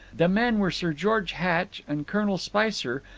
the men were sir george hatch and colonel spicer,